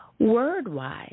WordWise